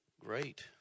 great